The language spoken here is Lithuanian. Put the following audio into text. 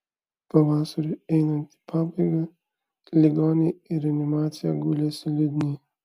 pavasariui einant į pabaigą ligoniai į reanimaciją gulėsi liūdni